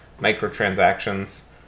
microtransactions